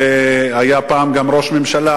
שהיה פעם גם ראש ממשלה,